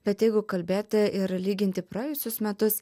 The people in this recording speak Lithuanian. bet jeigu kalbėti ir lyginti praėjusius metus